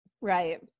Right